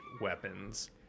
weapons